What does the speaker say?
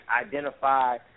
identify